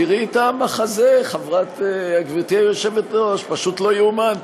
תראי את המחזה, גברתי היושבת-ראש, פשוט לא יאומן.